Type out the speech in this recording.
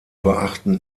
beachten